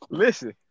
listen